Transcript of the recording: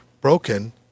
broken